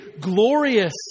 glorious